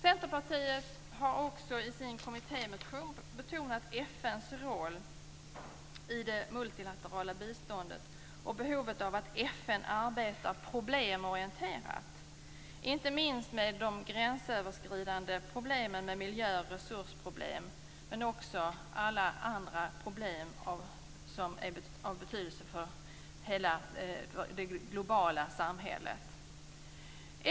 Centerpartiet har också i sin kommittémotion betonat FN:s roll i det multilaterala biståndet och behovet av att FN arbetar problemorienterat, inte minst med de gränsöverskridande miljö och resursproblemen, men också med alla andra problem som är av betydelse för det globala samhället.